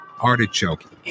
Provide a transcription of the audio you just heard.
Artichoke